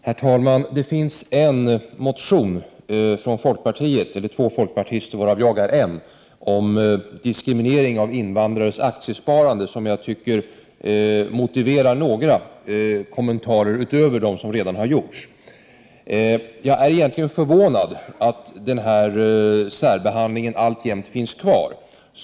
Herr talman! Det finns en folkpartimotion, som bl.a. jag står bakom, om diskriminering av invandrares aktiesparande. Jag tycker att denna motion motiverar några kommentarer utöver dem som redan har gjorts. Jag är egentligen förvånad att den här särbehandlingen alltjämt finns kvar.